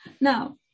Now